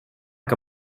que